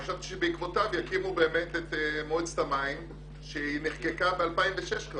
חשבתי שבעקבותיו יקימו את מועצת המים שנחקקה ב-2006.